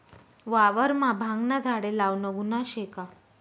वावरमा भांगना झाडे लावनं गुन्हा शे का?